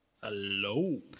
hello